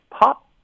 pop